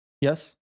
Yes